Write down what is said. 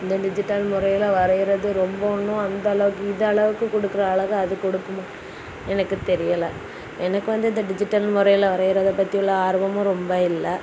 இந்த டிஜிட்டல் முறையில் வரைகிறது ரொம்ப ஒன்றும் அந்த அளவுக்கு இது அளவுக்கு கொடுக்குற அழகு அது கொடுக்குமா எனக்கு தெரியலை எனக்கு வந்து இந்த டிஜிட்டல் முறையில் வரைகிறத பற்றி உள்ள ஆர்வமும் ரொம்ப இல்லை